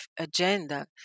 agenda